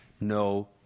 no